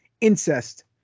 incest